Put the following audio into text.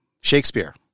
Shakespeare